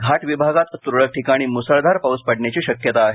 घाट विभागात तरळक ठिकाणी मुसळधार पाऊस पडण्याची शक्यता आहे